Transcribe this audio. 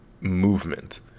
movement